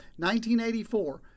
1984